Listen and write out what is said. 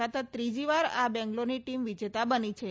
સતત ત્રીજીવાર આ બેંગ્લોરની ટીમ વિજેતા બની છે